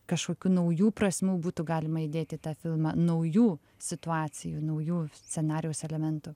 kažkokių naujų prasmių būtų galima įdėt į tą filmą naujų situacijų naujų scenarijaus elementų